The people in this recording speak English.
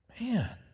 Man